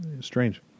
strange